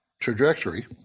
trajectory